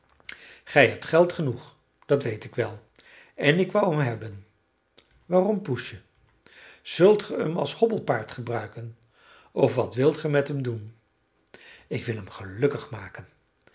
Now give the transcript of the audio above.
gij hebt geld genoeg dat weet ik wel en ik wou hem hebben waarom poesje zult ge hem als hobbelpaard gebruiken of wat wilt ge met hem doen ik wil hem gelukkig maken